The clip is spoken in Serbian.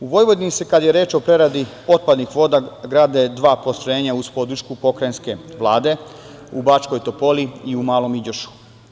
U Vojvodini se, kada je reč o preradi otpadnih voda, grade dva postrojenja uz podršku Pokrajinske vlade, u Bačkoj Topoli i u Malom Iđošu.